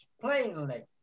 plainly